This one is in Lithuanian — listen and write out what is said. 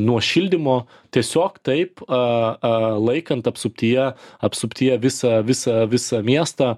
nuo šildymo tiesiog taip a a laikant apsuptyje apsuptyje visą visą visą miestą